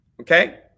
Okay